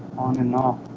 on and off